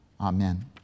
Amen